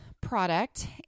product